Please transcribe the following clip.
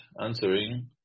answering